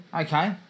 Okay